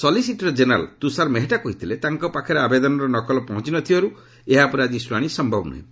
solicitor general Tushar Mehta କହିଥିଲେ ତାଙ୍କ ପାଖରେ ଆବେଦନର ନକଲ ପହଞ୍ଚ ନ ଥିବାରୁ ଏହା ଉପରେ ଆଜି ଶୁଣାଣି ସମ୍ଭବ ନୁହେଁ